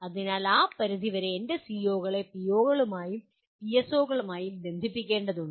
അതിനാൽ ആ പരിധിവരെ എൻ്റെ സിഒകളെ പിഒകളുമായും പിഎസ്ഒകളുമായും ബന്ധിപ്പിക്കേണ്ടതുണ്ട്